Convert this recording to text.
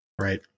right